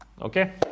Okay